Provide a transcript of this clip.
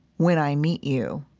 when i meet you,